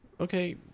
Okay